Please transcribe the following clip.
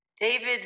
David